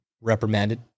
reprimanded